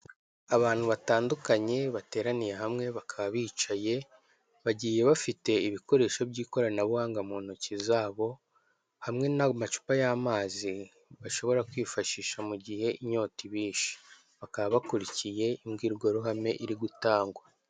Abantu batandukanye bateraniye hamwe, bakaba bicaye bagiye bafite ibikoresho by'ikoranabuhanga mu ntoki zabo hamwe n'amacupa y'amazi, bashobora kwifashisha mu gihe inyota ibishe, bakaba bakurikiye imbwirwaruhame iri gutangwa.